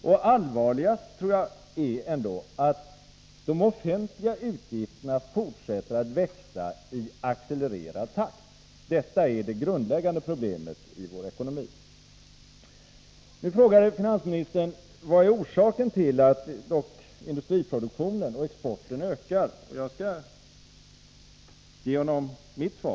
Det allvarligaste tror jag ändå är att de offentliga utgifterna fortsätter att växa i accelererande takt. Detta är det grundläggande problemet i vår ekonomi. Finansministern frågade vad som är orsaken till att industriproduktionen och exporten dock ökar. Jag skall ge honom mitt svar.